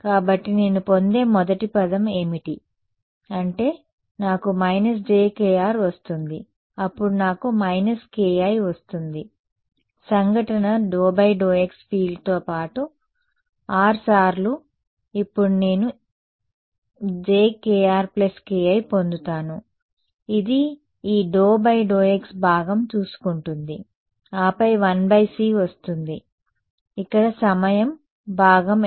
కాబట్టి నేను పొందే మొదటి పదం ఏమిటి అంటే నాకు − jkr వస్తుంది అప్పుడు నాకు − ki వస్తుంది సంఘటన ∂∂x ఫీల్డ్తో పాటు R సార్లు ఇప్పుడు నేను ఏమి jkr k i పొందుతాను ఇది ఈ ∂∂x భాగం చూసుకుంటుంది ఆపై 1c వస్తుంది ఇక్కడ సమయం భాగం ఎంత